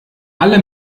alle